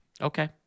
Okay